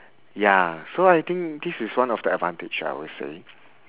ya so I think this is one of the advantage I would say